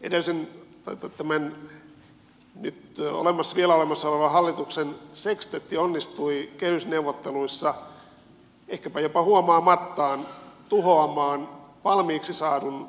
edellisen tai tämän nyt vielä olemassa olevan hallituksen sekstetti onnistui kehysneuvotteluissa ehkäpä jopa huomaamattaan tuhoamaan valmiiksi saadun